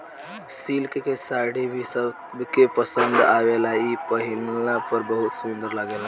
silk के साड़ी भी सबके पसंद आवेला इ पहिनला पर बहुत सुंदर लागेला